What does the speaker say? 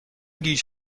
گیج